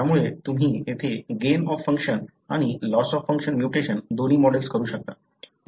त्यामुळे तुम्ही येथे गेन ऑफ फंक्शन आणि लॉस ऑफ फंक्शन म्युटेशन दोन्ही मॉडेल करू शकता